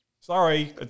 Sorry